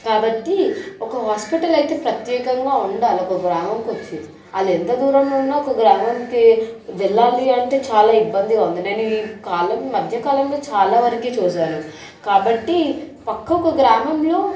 కాబట్టి ఒక హాస్పెటలయితే ప్రత్యేకంగా ఉండాలి ఒక గ్రామం కొచ్చి ఆళ్ళెంత దూరం ఉన్న ఒక గ్రామంకి వెళ్ళాలి అంటే చాలా ఇబ్బందిగా ఉంది నేను ఈ కాలం మధ్యకాలంలో చాలావరకు చూశాను కాబట్టి పక్క ఒక గ్రామంలో